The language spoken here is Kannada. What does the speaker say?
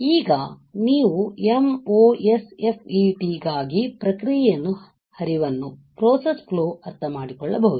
ಈಗ ನೀವು MOSFET ಗಾಗಿ ಪ್ರಕ್ರಿಯೆಯ ಹರಿವನ್ನು ಅರ್ಥಮಾಡಿಕೊಳ್ಳಬಹುದು